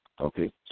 okay